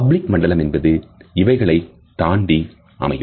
public மண்டலம் என்பது இவைகளைத் தாண்டி அமையும்